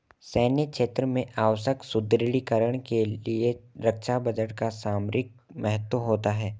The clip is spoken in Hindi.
सैन्य क्षेत्र में आवश्यक सुदृढ़ीकरण के लिए रक्षा बजट का सामरिक महत्व होता है